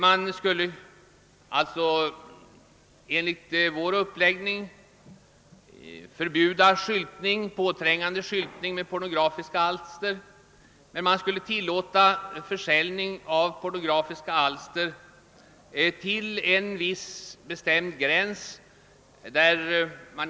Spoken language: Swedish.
Man skulle enligt vår uppläggning förbjuda påträngande skyltning av pornografiska alster, men man skulle tilllåta försäljning av sådana alster till en viss bestämd gräns.